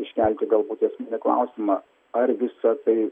iškelti galbūt esminį klausimą ar visa tai